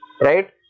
Right